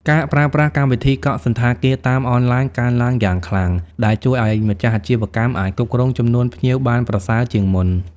ការប្រើប្រាស់កម្មវិធីកក់សណ្ឋាគារតាមអនឡាញកើនឡើងយ៉ាងខ្លាំង ដែលជួយឱ្យម្ចាស់អាជីវកម្មអាចគ្រប់គ្រងចំនួនភ្ញៀវបានប្រសើរជាងមុន។